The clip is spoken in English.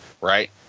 right